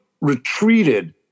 retreated